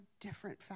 different